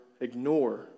ignore